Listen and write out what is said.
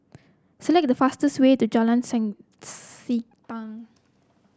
select the fastest way to Jalan